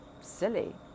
silly